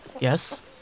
Yes